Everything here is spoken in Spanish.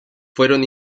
fueron